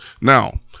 now